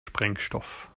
sprengstoff